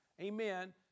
amen